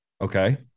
okay